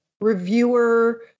reviewer